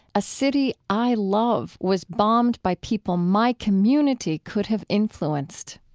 a city i love was bombed by people my community could have influenced.